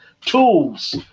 tools